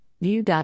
view